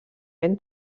ben